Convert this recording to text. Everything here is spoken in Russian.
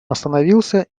остановился